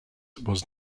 was